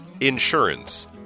Insurance